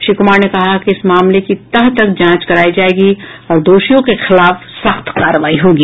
श्री कुमार ने कहा कि इस मामले की तह तक जांच करायी जायेगी और दोषियों के खिलाफ सख्त कार्रवाई होगी